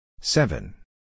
seven